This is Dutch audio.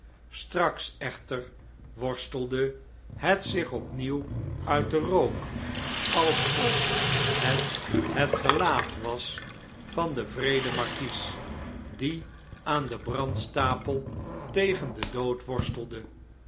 straks echter worstelde het zich opnieuw uit den rook alsof het het gelaat was van den wreeden markies die aan den brandstapel tegen den dood worstelde